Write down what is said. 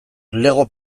lego